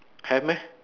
have meh